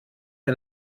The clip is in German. den